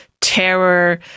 terror